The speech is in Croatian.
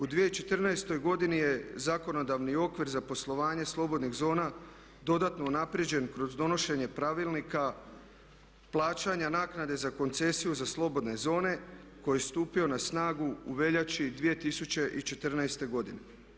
U 2014. godini je zakonodavni okvir za poslovanje slobodnih zona dodatno unaprijeđen kroz donošenje Pravilnika plaćanja naknade za koncesiju za slobodne zone koji je stupio na snagu u veljači 2014. godine.